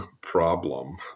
problem